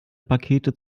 pakete